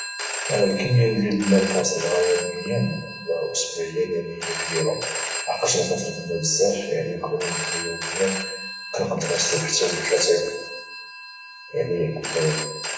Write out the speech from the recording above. كميه ديال الماء اللي كانشربها يوميا ولا اسبانيا يعني هي كبيره لحقاش انا كانشرب الماء بزاف يعني نقدروا نقولوا يوميا كنقدر نشرب حتى ثلاثه يطرو في النهار يعني كل يوم